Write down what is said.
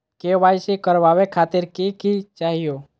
KYC करवावे खातीर कि कि चाहियो?